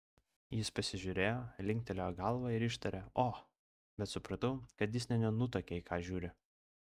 jis pasižiūrėjo linktelėjo galva ir ištarė o bet supratau kad jis nė nenutuokia į ką žiūri